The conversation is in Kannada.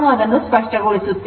ನಾನು ಅದನ್ನು ಸ್ಪಷ್ಟಗೊಳಿಸುತ್ತೇನೆ